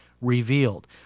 revealed